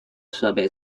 设备